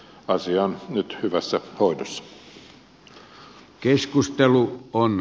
asia on nyt hyvässä hoidossa